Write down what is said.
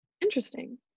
Interesting